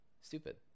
stupid